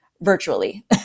virtually